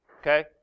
Okay